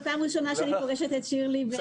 זו פעם ראשונה שאני פוגשת את שירלי פנים אל פנים.